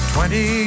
Twenty